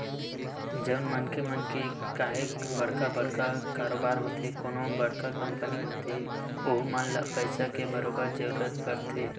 जउन मनखे मन के काहेक बड़का बड़का कारोबार होथे कोनो बड़का कंपनी होथे वहूँ मन ल पइसा के बरोबर जरूरत परथे